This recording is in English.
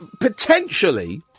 potentially